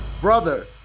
Brother